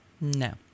no